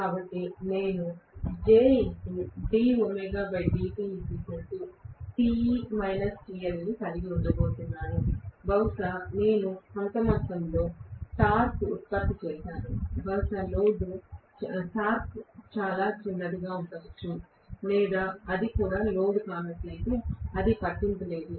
కాబట్టి నేను కలిగి ఉండబోతున్నాను బహుశా నేను కొంత మొత్తంలో టార్క్ ఉత్పత్తి చేశాను బహుశా లోడ్ టార్క్ చిన్నదిగా ఉండవచ్చు లేదా అది కూడా లోడ్ కానట్లయితే అది పట్టింపు లేదు